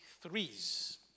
threes